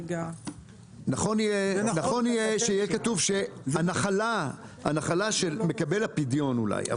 נכון יהיה שיהיה כתוב שהנחלה של מקבל הפדיון אולי,